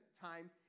time